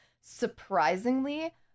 surprisingly